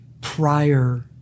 prior